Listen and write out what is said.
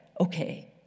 Okay